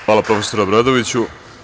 Hvala profesore Obradoviću.